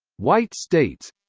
white states